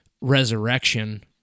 resurrection